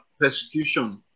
persecution